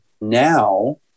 now